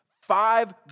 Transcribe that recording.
Five